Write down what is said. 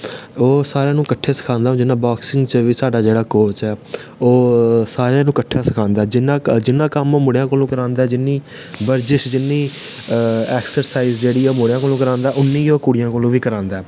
ओह् सारें गी कट्ठे सखांदा हून जि'यां जि'यां बॉगसिंग च साढ़ा कोच ऐ ओह् सारें गी कट्ठा सखांदा जिन्ना कम्म ओह् मुड़ें कोला करांदे ऐं जिन्नी बरजिस जिन्नी ऐक्सरसाइज जेह्ड़ी ऐ ओह् मुड़ें कोला करांदा उन्नी गै ओह् कुड़ियें कोला करांदा ऐ